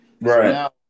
Right